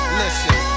listen